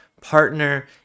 partner